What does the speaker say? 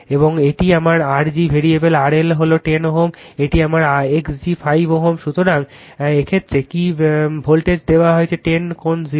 এবং এটি আমার R g ভেরিয়েবল RL হল 10 Ω এটি আমার X g 5 Ω সুতরাং এই ক্ষেত্রে কি কল ভোল্টেজ দেওয়া হয়েছে 10 কোণ 0